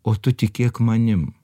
o tu tikėk manim